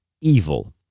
evil